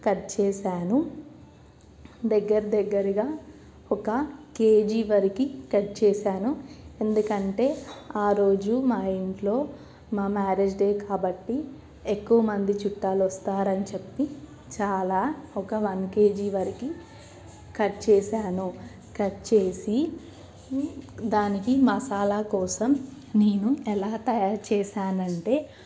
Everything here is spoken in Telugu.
కట్ చేసాను దగ్గర దగ్గరగా ఒక కేజీ వరకి కట్ చేసాను ఎందుకంటే ఆరోజు మా ఇంట్లో మా మ్యారేజ్ డే కాబట్టి ఎక్కువ మంది చుట్టాలు వస్తారని చెప్పి చాలా ఒక వన్ కేజీ వరకి కట్ చేసాను కట్ చేసి దానికి మసాలా కోసం నేను ఎలా తయారు చేసానంటే